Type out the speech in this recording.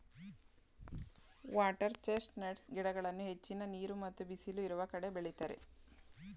water chest nuts ಗಿಡಗಳನ್ನು ಹೆಚ್ಚಿನ ನೀರು ಮತ್ತು ಬಿಸಿಲು ಇರುವ ಕಡೆ ಬೆಳಿತರೆ